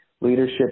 Leadership